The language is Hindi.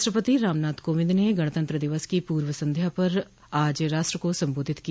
राष्ट्रपति रामनाथ कोविंद ने गणतंत्र दिवस की पूर्व संध्या पर आज राष्ट्र को संबोधित किया